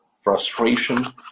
frustration